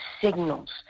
signals